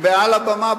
מעל הבמה,